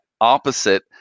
opposite